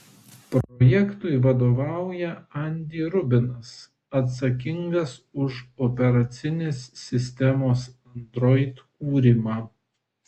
projektui vadovauja andy rubinas atsakingas už operacinės sistemos android kūrimą